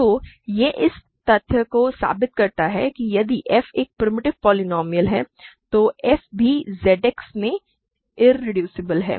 तो यह इस तथ्य को साबित करता है कि यदि f एक प्रिमिटिव पोलीनोमिअल है तो f भी ZX में इररेदुसिबल है